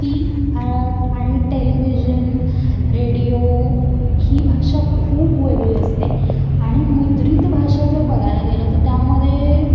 ती आ आणि टेलिव्हिजन रेडिओ ही भाषा खूप वेगळी असते आणि मुद्रित भाषा जर बघायला गेलं तर त्यामध्ये